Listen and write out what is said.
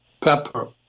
Pepper